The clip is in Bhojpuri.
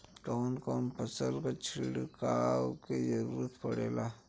कवन कवन फसल पर छिड़काव के जरूरत पड़ेला?